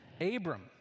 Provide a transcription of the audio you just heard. Abram